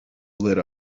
lit